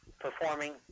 performing